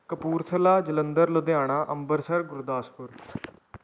Kapurthala Jalandhar Ludhiana Ambarsar Gurdaspur